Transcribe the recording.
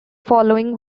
following